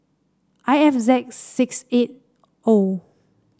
I F Z six eight O